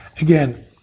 Again